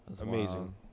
Amazing